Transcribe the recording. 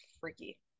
Freaky